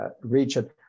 region